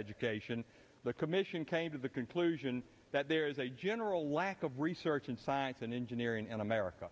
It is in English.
education the commission came to the conclusion that there is a general lack of research in science and engineering in america